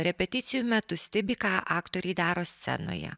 repeticijų metu stebi ką aktoriai daro scenoje